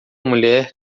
mulher